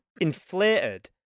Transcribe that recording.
inflated